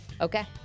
Okay